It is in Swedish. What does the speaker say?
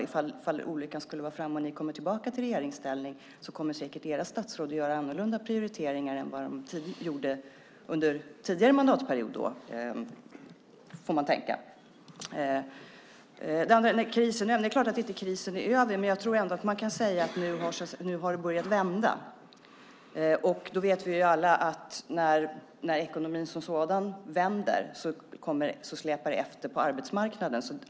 Om olyckan är framme och ni kommer tillbaka i regeringsställning kommer säkert era statsråd att göra andra prioriteringar än de gjorde under tidigare mandatperiod, kan man tro. Det är klart att krisen inte är över, men jag tror att man ändå kan säga att det har börjat vända. Vi vet alla att när ekonomin vänder släpar det efter på arbetsmarknaden.